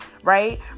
right